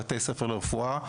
בבתי הספר לרפואה.